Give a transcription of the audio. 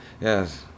Yes